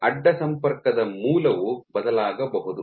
ಅಡ್ಡ ಸಂಪರ್ಕದ ಮೂಲವು ಬದಲಾಗಬಹುದು